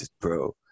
bro